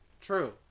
True